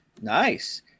Nice